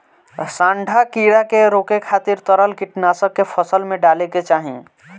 सांढा कीड़ा के रोके खातिर तरल कीटनाशक के फसल में डाले के चाही